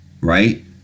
right